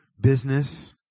Business